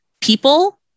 people